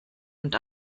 und